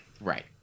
right